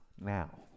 now